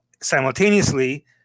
simultaneously